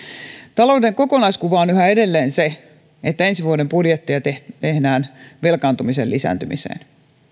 talouden kokonaiskuva on yhä edelleen se että ensi vuoden budjettia tehdään velkaantumisen lisääntymiseen